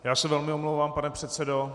Já se velmi omlouvám, pane předsedo.